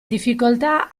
difficoltà